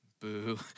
Boo